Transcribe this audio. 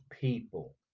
people